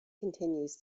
continues